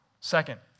Second